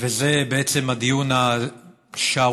וזה בעצם הדיון השערורייתי,